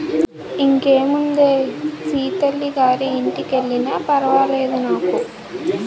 ఇంకేముందే సీతల్లి గారి ఇంటికెల్లినా ఫర్వాలేదు నాకు